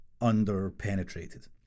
under-penetrated